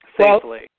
safely